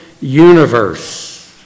universe